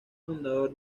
fundador